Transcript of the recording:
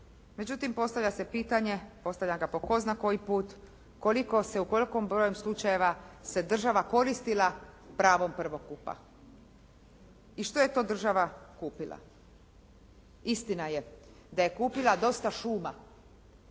Međutim, postavlja se pitanje, postavljam ga po tko zna po koji put koliko se, u kolikom broju slučajeva se država koristila pravom prvokupa? I što je to država kupila? Istina je, da je kupila dosta šuma